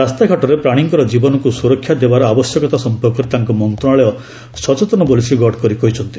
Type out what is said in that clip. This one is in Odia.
ରାସ୍ତାଘାଟରେ ପ୍ରାଣୀଙ୍କର ଜୀବନକୁ ସୁରକ୍ଷା ଦେବାର ଆବଶ୍ୟକତା ସମ୍ପର୍କରେ ତାଙ୍କ ମନ୍ତ୍ରଶାଳୟ ସଚେତନ ବୋଲି ଶ୍ରୀ ଗଡ଼କରୀ କହିଛନ୍ତି